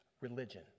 religion